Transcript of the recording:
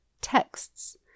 texts